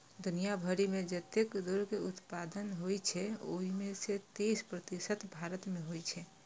दुनिया भरि मे जतेक दुग्ध उत्पादन होइ छै, ओइ मे सं तेइस प्रतिशत भारत मे होइ छै